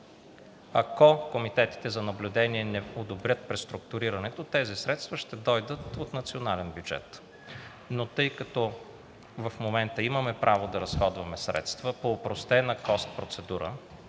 Ако комитетите за наблюдение не одобрят преструктурирането, тези средства ще дойдат от националния бюджет. Тъй като в момента имаме право да разходваме средства по опростена cost процедура